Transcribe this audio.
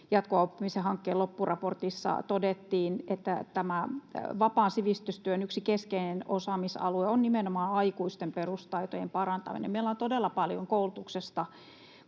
jatkuvan oppimisen hankkeen loppuraportissa todettiin, että vapaan sivistystyön yksi keskeinen osaamisalue on nimenomaan aikuisten perustaitojen parantaminen. Meillä on todella paljon koulutuksessa